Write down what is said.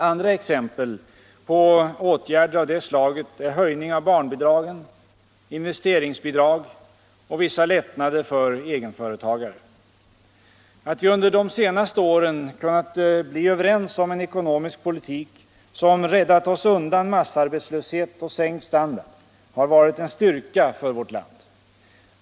Andra exempel på åtgärder av det slaget är höjning av barnbidragen, investeringsbidrag och vissa lättnader för egenföretagarna. Att vi under de senaste åren kunnat bli överens om en ekonomisk politik som räddat oss undan massarbetslöshet och sänkt standard har varit en styrka för vårt land.